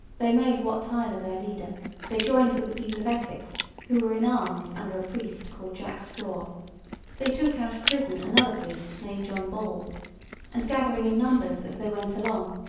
they made wat tyler their leader they joined with the people of essex, who were in arms under a priest called jack straw they took out of prison another priest named john ball and gathering in numbers as they went along,